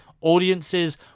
audiences